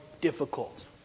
difficult